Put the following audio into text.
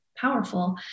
powerful